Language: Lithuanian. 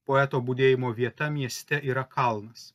poeto budėjimo vieta mieste yra kalnas